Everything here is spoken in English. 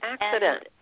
accident